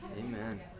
Amen